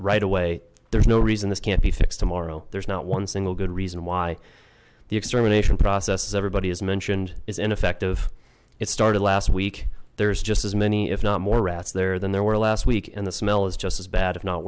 right away there's no reason this can't be fixed tomorrow there's not one single good reason why the extermination process everybody has mentioned is ineffective it started last week there's just as many if not more rats there than there were last week and the smell is just as bad if not